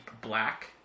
black